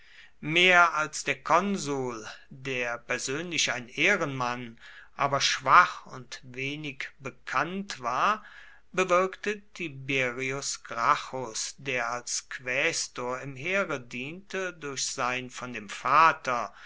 mehr als der konsul der persönlich ein ehrenmann aber schwach und wenig bekannt war bewirkte tiberius gracchus der als quästor im heere diente durch sein von dem vater